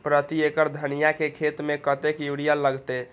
प्रति एकड़ धनिया के खेत में कतेक यूरिया लगते?